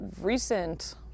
recent